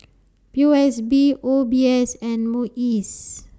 P O S B O B S and Muis